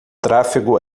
tráfego